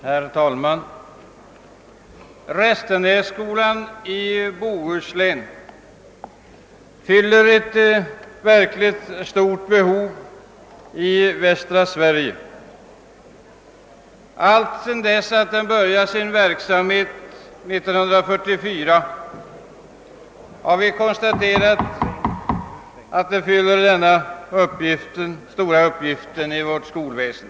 Herr talman! Restenässkolan i Bohuslän fyller ett verkligt stort behov i västra Sverige. Alltsedan den började sin verksamhet 1944, har vi kunnat konstatera, att den fyller en stor uppgift i vårt skolväsen.